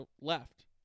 left